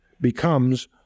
becomes